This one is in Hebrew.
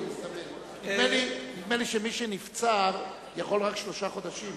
נדמה לי שמי שנבצר יכול רק שלושה חודשים.